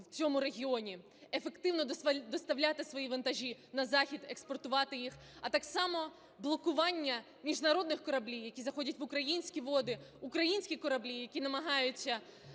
в цьому регіоні, ефективно доставляти свої вантажі на Захід, експортувати їх, а так само блокування міжнародних кораблів, які заходять в українські води, українські кораблі, які намагаються